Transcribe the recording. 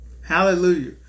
Hallelujah